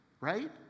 Right